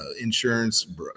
insurance